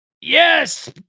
Yes